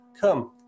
Come